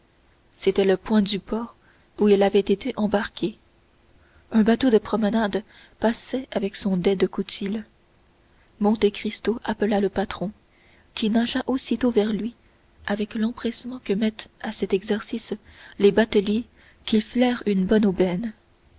c'était le point du port où il avait été embarqué un bateau de promenade passait avec son dais de coutil monte cristo appela le patron qui nagea aussitôt vers lui avec l'empressement que mettent à cet exercice les bateliers qui flairent une bonne aubaine